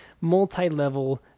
multi-level